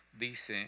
dice